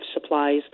supplies